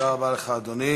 תודה רבה לך, אדוני.